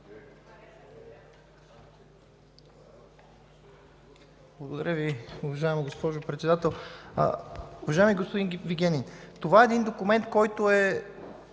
Благодаря Ви, уважаема госпожо Председател. Уважаеми господин Вигенин, това е един документ, който е